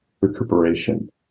recuperation